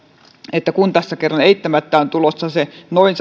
että kun tässä kerran eittämättä on tulossa se noin